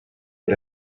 had